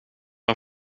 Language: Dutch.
een